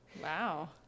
Wow